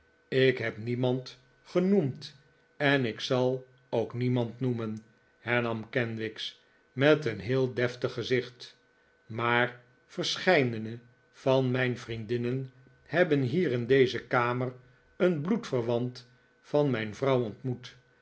ik heb niemand genoemd en ik zal ook hiemand noemen hernam kenwigs met een heel deftig gezicht maar verscheidene van mijn vrienden hebben hier in deze kamer een bloedverwant van mijn vrouw ontmoet